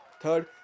Third